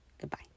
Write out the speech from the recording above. Goodbye